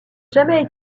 jamais